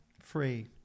free